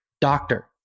doctor